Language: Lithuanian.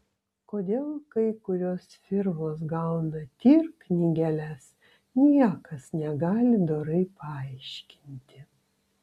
kodėl kai kurios firmos gauna tir knygeles niekas negali dorai paaiškinti